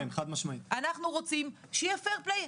אנחנו רוצים שיהיה משחק הוגן.